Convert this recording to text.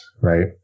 right